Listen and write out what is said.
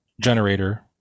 generator